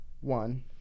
One